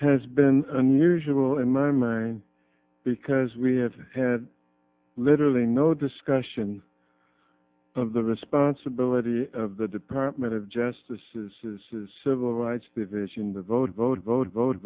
has been unusual in my mind because we have had literally no discussion of the responsibility of the department of justice is civil rights division the vote vote vote vote